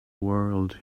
world